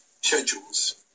schedules